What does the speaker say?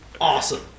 awesome